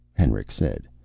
hendricks said.